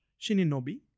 shininobi